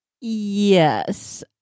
yes